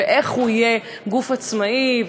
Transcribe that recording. ואיך הוא יהיה גוף עצמאי וחזק,